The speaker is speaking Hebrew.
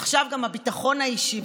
עכשיו גם הביטחון האישי,